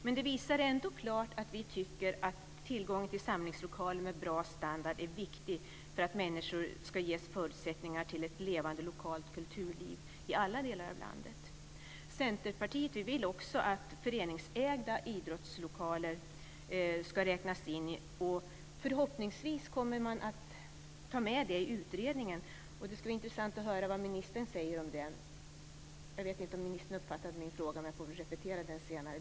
Men det visar ändå klart att vi tycker att tillgången till samlingslokaler med bra standard är viktig för att människor ska ges förutsättningar till ett levande och lokalt kulturliv i alla delar av landet. Vi i Centerpartiet vill också att föreningsägda idrottslokaler ska räknas in. Och förhoppningsvis kommer man att ta med det i utredningen. Det skulle vara intressant att höra vad ministern säger om det. Jag vet inte om ministern uppfattade min fråga, men jag får väl repetera den senare.